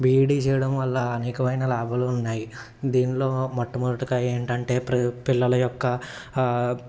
B Ed చేయడం వల్ల అనేకమైన లాభాలు ఉన్నాయి దీనిలో మొట్టమొటిగా ఏంటంటే ప్ర పిల్లల యొక్క